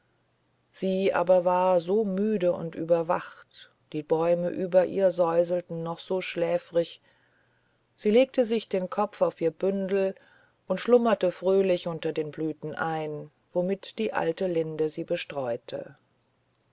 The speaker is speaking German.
sie aber war so müde und überwacht die bäume über ihr säuselten noch so schläfrig sie legte den kopf auf ihr bündel und schlummerte fröhlich unter den blüten ein womit die alte linde sie bestreute